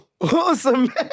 awesome